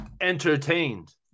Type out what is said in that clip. entertained